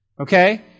Okay